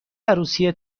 عروسی